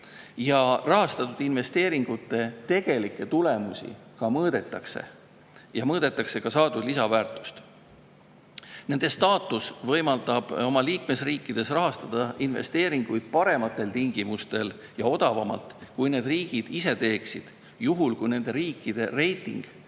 ja rahastatud investeeringute tegelikke tulemusi ka mõõdetakse, samuti mõõdetakse saadud lisandväärtust. Nende staatus võimaldab liikmesriikides rahastada investeeringuid parematel tingimustel ja odavamalt, kui need riigid seda ise teeksid, juhul kui nende riikide reiting on